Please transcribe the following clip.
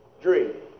dream